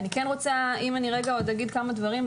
אני אומר עוד כמה דברים.